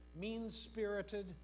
mean-spirited